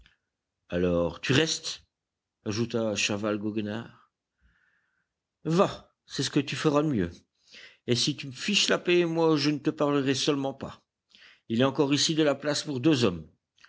alors tu restes ajouta chaval goguenard va c'est ce que tu feras de mieux et si tu me fiches la paix moi je ne te parlerai seulement pas il y a encore ici de la place pour deux hommes